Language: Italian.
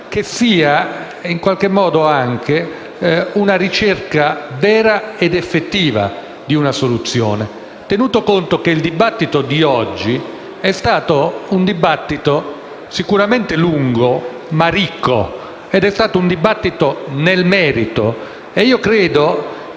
che sia in qualche modo anche una ricerca vera ed effettiva di una soluzione, tenuto conto che il dibattito di oggi è stato sicuramente lungo ma ricco e si è svolto nel merito. Io credo